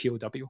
POW